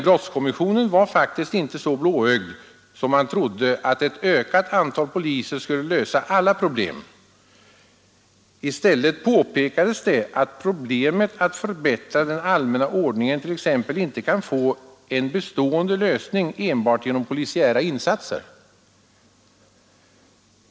Brottskommissionen var faktiskt inte så blåögd att den trodde att ett ökat antal poliser skulle lösa alla problem. I stället påpekades det att problemet med att förbättra den allmänna ordningen t.ex. inte kunde få en bestående lösning enbart genom polisiära insatser.